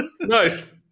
Nice